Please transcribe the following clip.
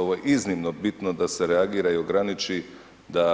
Ovo je iznimno bitno da se reagira i ograniči da